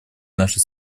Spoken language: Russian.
наши